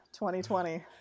2020